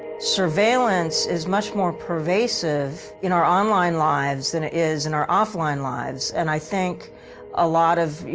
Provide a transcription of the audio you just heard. surveillance is much more pervasive in our online lives than it is in our offline lives, and i think a lot of, you